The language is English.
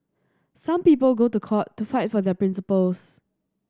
some people go to court to fight for their principles